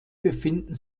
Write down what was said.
befinden